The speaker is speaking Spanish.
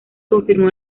confirmó